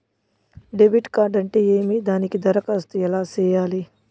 debit card అంటే ఏమి దానికి దరఖాస్తు ఎలా సేయాలి